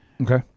Okay